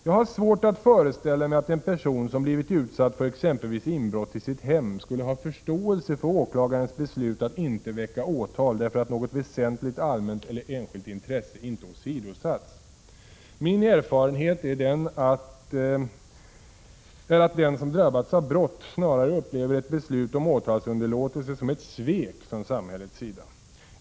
Jag har svårt att föreställa mig att en person som blivit utsatt för exempelvis inbrott i sitt hem skulle ha förståelse för åklagarens beslut att inte väcka åtal, därför att något väsentligt allmänt eller enskilt intresse inte åsidosatts. Min erfarenhet är att den som drabbats av brott snarare upplever ett beslut om åtalsunderlåtelse som ett svek från samhällets sida.